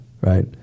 right